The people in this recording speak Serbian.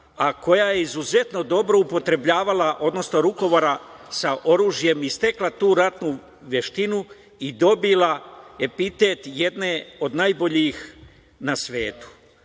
a koja je izuzetno dobro upotrebljavala, odnosno rukovala sa oružjem i stekla tu ratnu veštinu i dobila epitet jedne od najboljih na svetu.